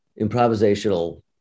improvisational